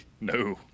No